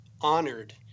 honored